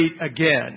again